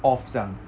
off 这样